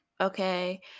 okay